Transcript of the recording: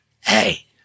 Hey